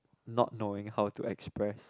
not knowing how to express